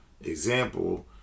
Example